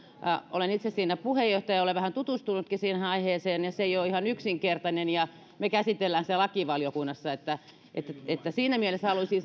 olen itse siinä puheenjohtajana ja olen vähän tutustunutkin siihen aiheeseen ja se ei ole ihan yksinkertainen ja me käsittelemme sen lakivaliokunnassa siinä mielessä haluaisin